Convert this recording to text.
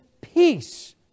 peace